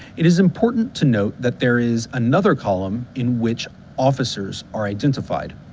it is important to note that there is another column in which officers are identified.